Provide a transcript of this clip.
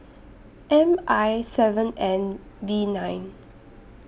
M I seven N V nine